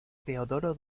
teodoro